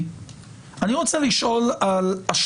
אין שום דיבור על זה,